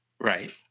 Right